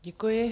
Děkuji.